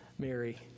Mary